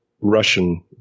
Russian